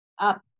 up